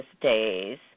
days